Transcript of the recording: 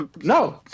No